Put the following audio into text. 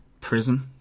prison